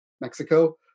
Mexico